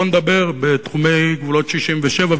בוא ונדבר בתחומי גבולות 67',